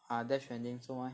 ah Death Stranding 做什么 leh